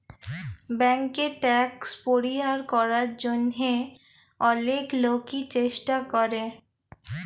ব্যাংকে ট্যাক্স পরিহার করার জন্যহে অলেক লোকই চেষ্টা করে